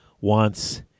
wants